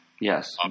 Yes